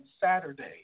Saturday